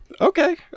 okay